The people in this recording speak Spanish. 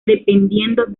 dependiendo